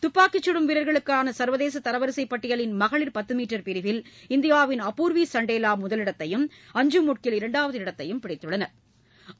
துப்பாக்கிச் கடும் வீரர்களுக்கான சர்வதேச தரவரிசை பட்டியலின் மகளிர் பத்து மீட்டர் பிரிவில் இந்தியாவின் அபூர்வி சண்டேவா முதலிடத்தையும் அஞ்சம் முட்கில் இரண்டாவது இடத்தையும் பிடித்தனா்